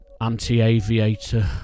Anti-Aviator